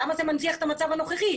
למה זה מנציח את המצב הנוכחי?